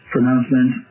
Pronouncement